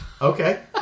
Okay